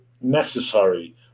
necessary